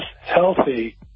healthy